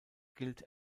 gilt